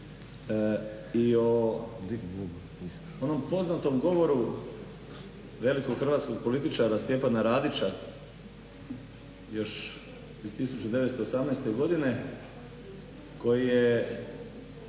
i o onom poznatom govoru velikog hrvatskog političara Stjepana Radića još iz 1918. godine koji je